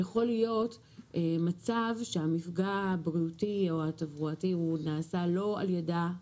יכול להיות מצב שהמפגע הבריאותי או התברואתי נעשה לא על ידה,